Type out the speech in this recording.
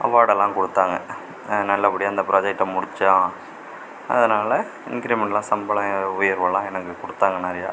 அவார்டெல்லாம் கொடுத்தாங்க நல்லபடியாக இந்த புராஜெக்ட்டை முடித்தோம் அதனால இன்கிரிமெண்ட்டெல்லாம் சம்பள உயர்வெல்லாம் எனக்கு கொடுத்தாங்க நிறையா